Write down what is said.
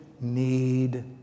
need